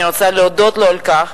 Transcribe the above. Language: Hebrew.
אני רוצה להודות לו על כך,